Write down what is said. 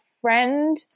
friend